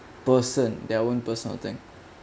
person their own personal thing